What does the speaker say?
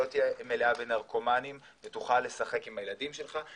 לא תהיה מלאה בנרקומנים ותוכל לשחק עם הילדים שלך,